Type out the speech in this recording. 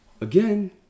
Again